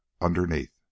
underneath